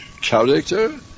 character